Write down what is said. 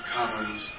Commons